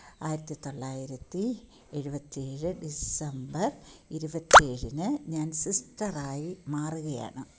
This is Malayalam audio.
ആയിരത്തി തൊള്ളായിരത്തി എഴുപത്തി ഏഴ് ഡിസംബർ ഇരുപത്തി ഏഴിന് ഞാൻ സിസ്റ്ററായി മാറുകയാണ്